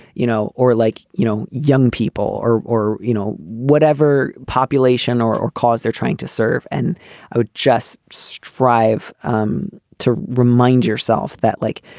you know, or like, you know, young people or, you know, whatever population or or cause they're trying to serve and i just strive um to remind yourself that, like,